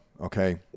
okay